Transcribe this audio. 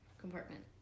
compartment